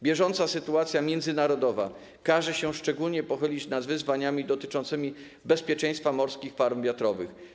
Bieżąca sytuacja międzynarodowa każe się szczególnie pochylić nad wyzwaniami dotyczącymi bezpieczeństwa morskich farm wiatrowych.